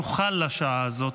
נוכל לשעה הזאת,